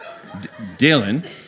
Dylan